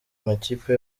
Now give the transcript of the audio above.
makipe